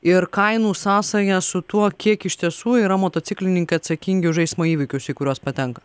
ir kainų sąsają su tuo kiek iš tiesų yra motociklininkai atsakingi už eismo įvykius į kuriuos patenka